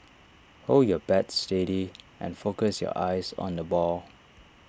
hold your bat steady and focus your eyes on the ball